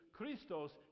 Christos